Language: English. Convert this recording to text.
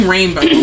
Rainbow